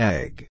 Egg